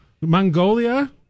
Mongolia